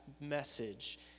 message